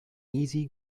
easy